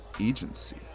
agency